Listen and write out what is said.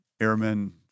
airmen